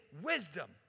wisdom